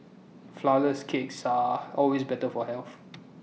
Flourless Cakes are always better for health